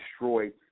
destroyed